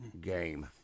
game